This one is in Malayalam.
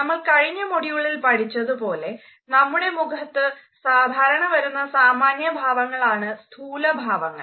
നമ്മൾ കഴിഞ്ഞ മോഡ്യൂളിൽ പഠിച്ചതുപോലെ നമ്മുടെ മുഖത്തു സാധാരണ വരുന്ന സാമാന്യ ഭാവങ്ങളാണ് സ്ഥൂല ഭാവങ്ങൾ